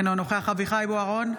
אינו נוכח אביחי אברהם בוארון,